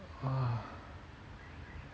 !wah!